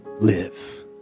live